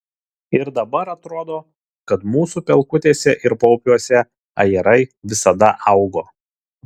ir dabar atrodo kad mūsų pelkutėse ir paupiuose ajerai visada augo